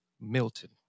Milton